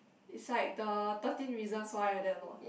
it's like the thirteen reasons why like that lor